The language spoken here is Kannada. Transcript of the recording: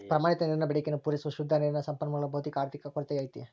ಪ್ರಮಾಣಿತ ನೀರಿನ ಬೇಡಿಕೆಯನ್ನು ಪೂರೈಸುವ ಶುದ್ಧ ನೀರಿನ ಸಂಪನ್ಮೂಲಗಳ ಭೌತಿಕ ಆರ್ಥಿಕ ಕೊರತೆ ಐತೆ